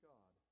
God